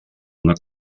una